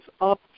up